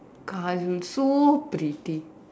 Kajol look so pretty